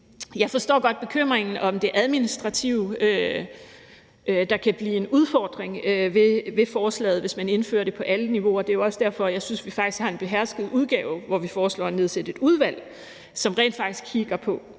Jeg forstår godt bekymringen om det administrative, der kan blive en udfordring ved forslaget, hvis man indfører det på alle niveauer. Det er jo også derfor, jeg synes, vi faktisk har en behersket udgave, hvor vi foreslår at nedsætte et udvalg, som rent faktisk kigger på,